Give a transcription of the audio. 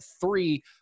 three